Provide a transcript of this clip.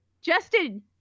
Justin